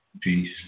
Peace